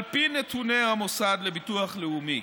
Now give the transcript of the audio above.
על פי נתוני המוסד לביטוח לאומי,